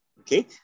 Okay